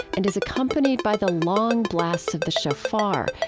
and is accompanied by the long blast of the shofar,